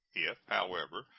if, however,